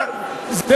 רק לפי ההלכה?